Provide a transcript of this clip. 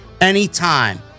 anytime